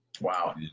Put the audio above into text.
Wow